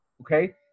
okay